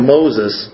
Moses